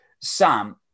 Sam